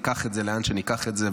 ניקח את זה לאן שניקח את זה,